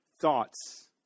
thoughts